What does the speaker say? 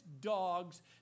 dogs